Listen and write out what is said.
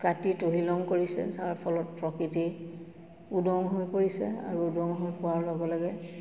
কাটি তহিলং কৰিছে যাৰ ফলত প্ৰকৃতি উদং হৈ পৰিছে আৰু উদং হৈ পৰাৰ লগে লগে